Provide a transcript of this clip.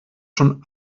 schon